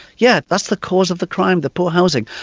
yeah that's the cause of the crime, the poor housing.